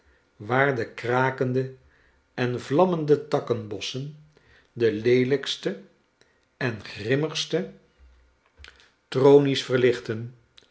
waar de krakende en vlammende takkenbossen deleelijkste en grimmigste tafereelen uit italie tronies verlichten